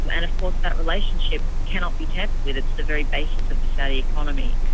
and of course that relationship cannot be tampered with, it's the very basis of the saudi economy.